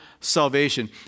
salvation